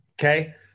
okay